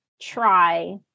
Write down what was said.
try